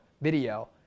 video